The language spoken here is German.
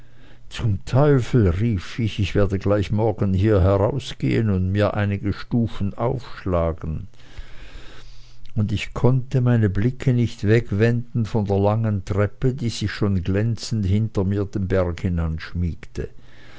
zum teufel rief ich ich werde gleich morgen hier herausgehen und mir einige stufen aufschlagen und ich konnte meine blicke nicht wegwenden von der langen treppe die sich schon glänzend hinter mir den berg hinan schmiegte